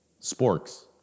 sporks